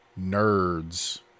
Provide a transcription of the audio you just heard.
nerds